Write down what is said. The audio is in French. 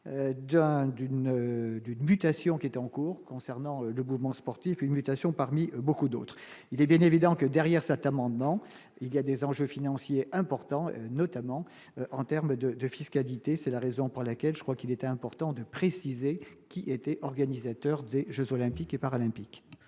d'une mutation qui est en cours concernant le mouvement sportif et mutations parmi beaucoup d'autres il est bénéfique dans que derrière ça t'amendements il y a des enjeux financiers importants, notamment en terme de fiscalité, c'est la raison pour laquelle je crois qu'il était important de préciser qui était organisateur des jeux olympiques et paralympiques.